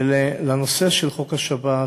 ולנושא של חוק השבת,